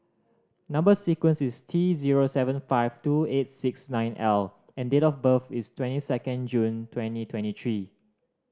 number sequence is T zero seven five two eight six nine L and date of birth is twenty second June twenty twenty three